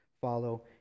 follow